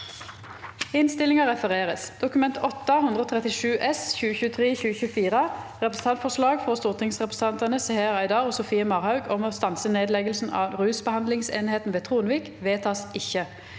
v e d t a k : Dokument 8:137 S (2023–2024) – Representantforslag fra stortingsrepresentantene Seher Aydar og Sofie Marhaug om å stanse nedleggelsen av rusbehandlingsenheten ved Tronvik – vedtas ikke.